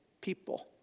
people